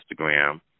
Instagram